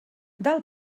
del